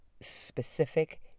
specific